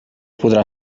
podrà